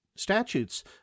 statutes